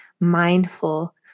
mindful